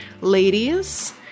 Ladies